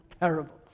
terrible